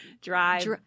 drive